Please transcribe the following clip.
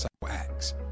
wax